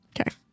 Okay